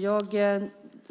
Jag